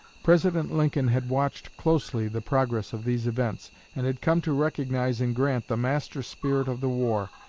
president lincoln had watched closely the progress of these events, and had come to recognize in grant the master spirit of the war,